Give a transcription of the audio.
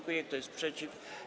Kto jest przeciw?